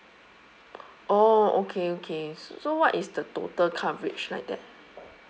oh okay okay so what is the total coverage like that